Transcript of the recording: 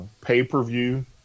pay-per-view